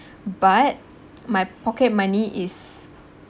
but my pocket money is